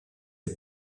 est